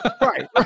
right